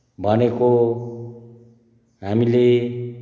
भनेको हामीले